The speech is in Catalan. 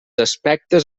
aspectes